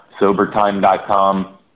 Sobertime.com